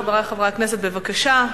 חברי חברי הכנסת, בבקשה.